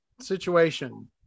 situation